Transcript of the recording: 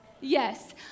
Yes